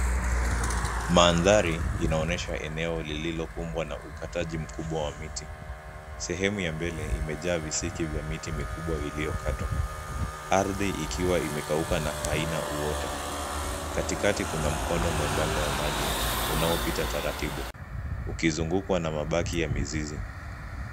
Mandhari inaonyesha eneo lililokumbwa na ukataji mkubwa wa miti, sehemu ya mbele imejaa visiki vya miti mikubwa iliyokatwa. Ardhi ikiwa imekauka na haina uoto. Katikati kuna mkondo mwembamba wa maji unaopita taratibu ukizungukwa na mabaki ya mizizi.